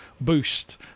boost